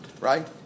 right